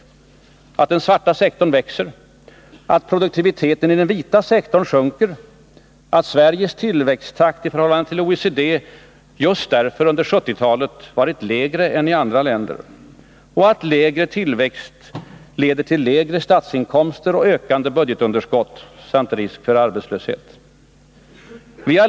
Man tycks också ha glömt att den svarta sektorn växer, att produktiviteten i den vita sektorn sjunker, att Sveriges tillväxttakt i förhållande till OECD just därför under 1970-talet varit lägre än i andra länder och att lägre tillväxt leder till lägre statsinkomster och ökande budgetunderskott samt risk för arbetslöshet.